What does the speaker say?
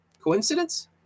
Coincidence